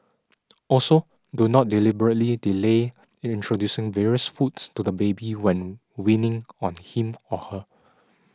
also do not deliberately delay introducing various foods to the baby when weaning on him or her